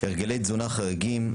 הרגלי תזונה חריגים,